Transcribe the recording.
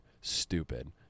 stupid